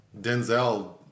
Denzel